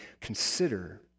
consider